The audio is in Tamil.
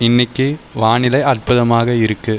இன்னிக்கு வானிலை அற்புதமாக இருக்குது